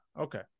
okay